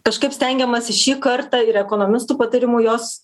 kažkaip stengiamasi šį kartą ir ekonomistų patarimų jos